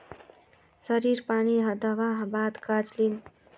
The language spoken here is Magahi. सरिसत पानी दवर बात गाज ला बोट है होबे ओ खुना की करूम?